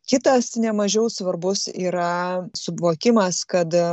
kitas nemažiau svarbus yra suvokimas kad